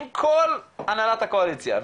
עם כל הנהלת הקואליציה,